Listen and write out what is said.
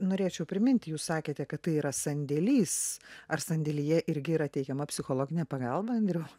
norėčiau priminti jūs sakėte kad tai yra sandėlys ar sandėlyje irgi yra teikiama psichologinė pagalba andriau